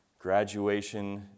graduation